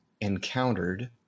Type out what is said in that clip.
encountered